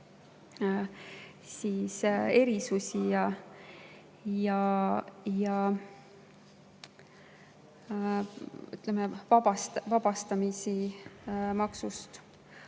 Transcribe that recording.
[maksu]erisusi ja vabastamisi maksust.